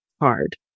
hard